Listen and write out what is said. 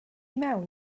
mewn